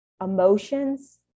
emotions